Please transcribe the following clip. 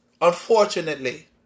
unfortunately